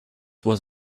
was